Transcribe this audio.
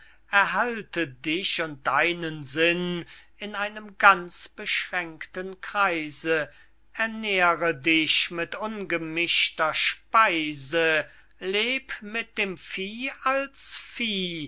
erhalte dich und deinen sinn in einem ganz beschränkten kreise ernähre dich mit ungemischter speise leb mit dem vieh als vieh